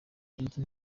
indi